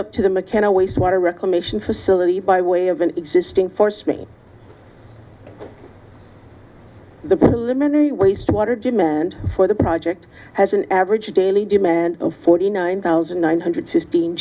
up to the mckenna waste water reclamation facility by way of an existing forcing the preliminary wastewater treatment for the project has an average daily demand of forty nine thousand nine hundred sixteen